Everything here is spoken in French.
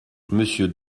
monsieur